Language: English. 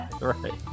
Right